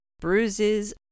bruises